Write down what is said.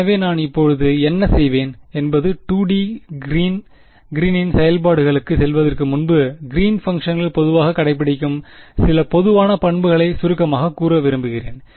எனவே நான் இப்போது என்ன செய்வேன் என்பது 2 டி க்ரீனின் செயல்பாடுகளுக்குச் செல்வதற்கு முன்பு கிறீன் பங்க்ஷன்கள் பொதுவாகக் கடைப்பிடிக்கும் சில பொதுவான பண்புகளை சுருக்கமாகக் கூற விரும்புகிறேன்